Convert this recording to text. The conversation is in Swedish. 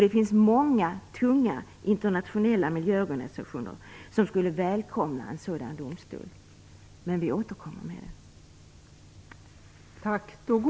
Det finns många tunga internationella miljöorganisationer som skulle välkomna en sådan domstol. Men vi återkommer om detta.